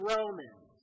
Romans